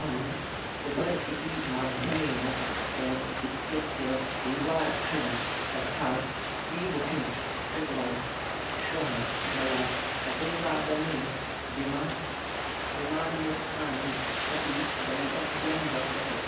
अहम् ऊबर् इति माध्यमेन केब् इत्यस्य पूर्वारक्षणम् अर्थात् प्रीबुकिङ्ग् कृतवान् श्वः मया चतुर्वादने विमा विमाननिस्थानं प्रति गन्तव्यं वर्तते